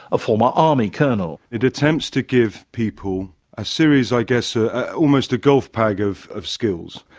a former army colonel. it attempts to give people a series, i guess, ah almost a golf bag of of skills.